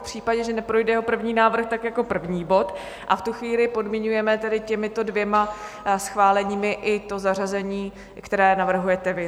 V případě, že neprojde jeho první návrh, tak jako první bod, a v tu chvíli podmiňujeme těmito dvěma schváleními i to zařazení, které navrhujete vy.